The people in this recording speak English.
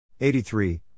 83